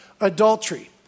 adultery